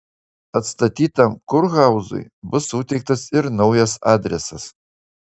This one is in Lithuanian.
atstatytam kurhauzui bus suteiktas ir naujas adresas